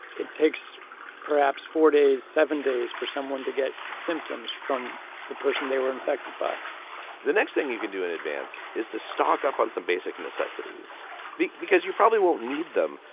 it takes perhaps four days, seven days for someone to get symptoms from the person they were infected by the next thing you can do in advance is to stock up on some basic necessities because you probably won't need them.